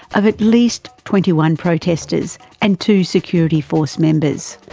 of at least twenty one protesters and two security force members,